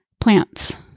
plants